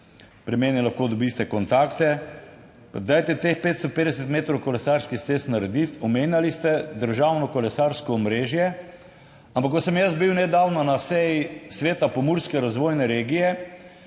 pri meni lahko dobite kontakte, pa dajte teh 550 metrov kolesarskih stez narediti. Omenjali ste državno kolesarsko omrežje, ampak ko sem jaz bil nedavno na seji Sveta pomurske razvojne regije,